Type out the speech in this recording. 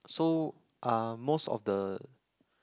so are most of the